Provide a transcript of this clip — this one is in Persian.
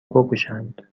بکشند